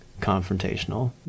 confrontational